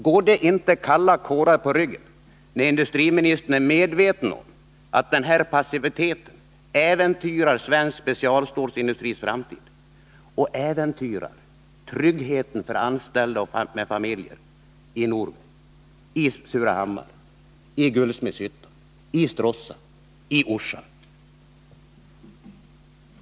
Går det inte kalla kårar på ryggen när industriministern är medveten om att denna passivitet äventyrar svensk specialstålsindustris framtid och äventyrar tryggheten för anställda med familjer i Norberg, i Surahammar, i Guldsmedshyttan, i Stråssa och i Orsa?